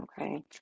okay